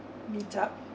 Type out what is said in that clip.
meet up